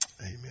amen